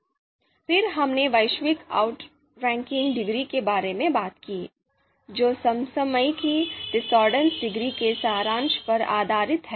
फिर हमने वैश्विक आउटक्रैकिंग डिग्री के बारे में बात की जो समसामयिकी और डिसॉर्डर डिग्री के सारांश पर आधारित है